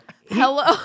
Hello